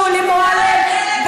שולי מועלם,